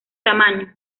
tamaño